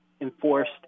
enforced